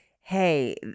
hey